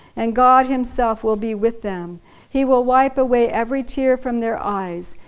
and god himself will be with them he will wipe away every tear from their eyes,